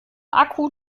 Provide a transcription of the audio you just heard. akku